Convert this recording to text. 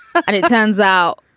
and it turns out,